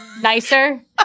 nicer